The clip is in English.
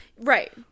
Right